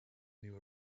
new